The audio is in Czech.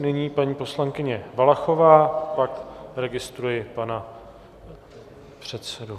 Nyní paní poslankyně Valachová, pak registruji pana předsedu.